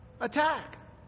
attack